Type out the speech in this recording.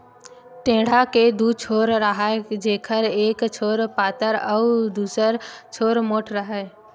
टेंड़ा के दू छोर राहय जेखर एक छोर पातर अउ दूसर छोर मोंठ राहय